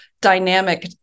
dynamic